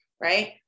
right